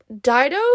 dido